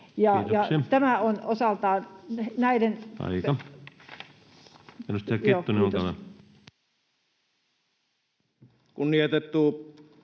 ja tämä on osaltaan näiden...